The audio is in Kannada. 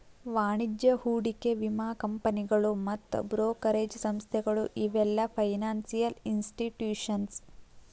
ವಾಣಿಜ್ಯ ಹೂಡಿಕೆ ವಿಮಾ ಕಂಪನಿಗಳು ಮತ್ತ್ ಬ್ರೋಕರೇಜ್ ಸಂಸ್ಥೆಗಳು ಇವೆಲ್ಲ ಫೈನಾನ್ಸಿಯಲ್ ಇನ್ಸ್ಟಿಟ್ಯೂಷನ್ಸ್